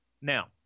Now